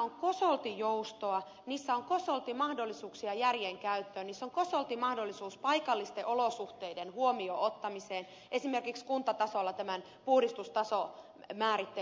on kosolti joustoa niissä on kosolti mahdollisuuksia järjenkäyttöön niissä on kosolti mahdollisuuksia paikallisten olosuhteiden huomioon ottamiseen esimerkiksi kuntatasolla tämän puhdistustasomäärittelyn osalta